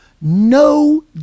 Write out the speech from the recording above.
No